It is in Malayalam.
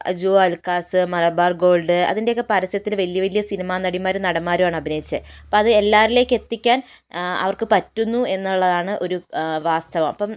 ജോ ആലുക്കാസ് മലബാർ ഗോൾഡ് അതിൻ്റെയൊക്കെ പരസ്യത്തിൽ വലിയ വലിയ സിനിമ നടിമാർ നടന്മാരുമാണ് അഭിനയിച്ചത് അപ്പം അത് എല്ലാരിലേക്ക് എത്തിക്കാൻ അവർക്ക് പറ്റുന്നു എന്നുള്ളതാണ് ഒരു വാസ്തവം അപ്പം